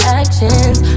actions